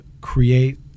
create